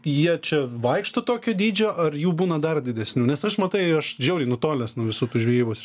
jie čia vaikšto tokio dydžio ar jų būna dar didesnių nes aš matai aš žiauriai nutolęs nuo visų tų žvejybos